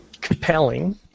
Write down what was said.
compelling